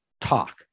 talk